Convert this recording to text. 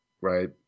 right